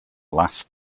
last